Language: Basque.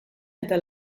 eta